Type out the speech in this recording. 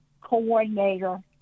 coordinator